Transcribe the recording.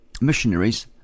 missionaries